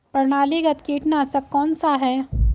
प्रणालीगत कीटनाशक कौन सा है?